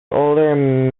oder